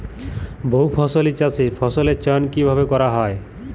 বহুফসলী চাষে ফসলের চয়ন কীভাবে করা হয়?